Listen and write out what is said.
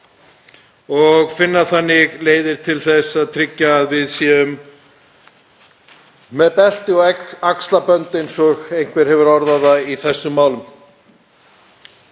og finna þannig leiðir til að tryggja að við séum með belti og axlabönd, eins og einhver hefur orðað það, í þessum málum.